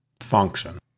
function